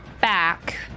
back